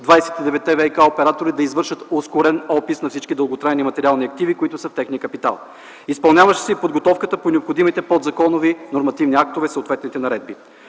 29-те ВиК-оператори да извършат ускорен опис на всички дълготрайни материални активи, които са техния капитал, изпълняващите и подготовката по необходимите подзаконови нормативни актове и съответните наредби.